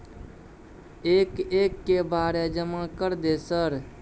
एक एक के बारे जमा कर दे सर?